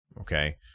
Okay